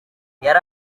yari